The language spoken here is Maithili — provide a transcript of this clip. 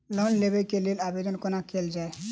लोन लेबऽ कऽ लेल आवेदन कोना कैल जाइया?